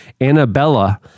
annabella